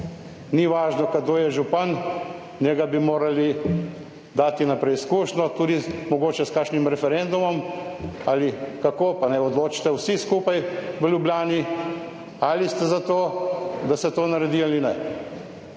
ni važno, kdo je župan, njega bi morali dati na preizkušnjo tudi mogoče s kakšnim referendumom ali kako, pa naj odločite vsi skupaj v Ljubljani ali ste za to, da se to naredi ali ne.